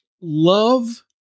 Love